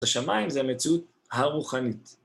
השמיים זה המציאות הרוחנית.